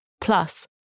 Plus